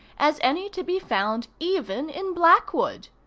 as any to be found even in blackwood.